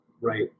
right